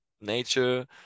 nature